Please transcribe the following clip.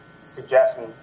suggestion